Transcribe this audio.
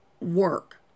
work